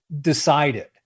decided